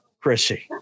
Chrissy